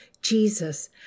Jesus